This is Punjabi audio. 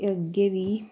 ਇਹ ਅੱਗੇ ਵੀ